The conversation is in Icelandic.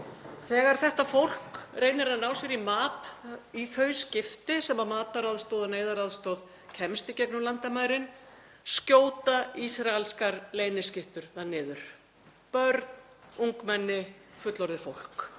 Þegar þetta fólk reynir að ná sér í mat í þau skipti sem mataraðstoð og neyðaraðstoð kemst í gegnum landamærin skjóta ísraelskar leyniskyttur það niður; börn, ungmenni, fullorðið fólk.